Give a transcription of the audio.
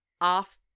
off